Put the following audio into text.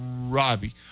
Robbie